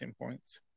points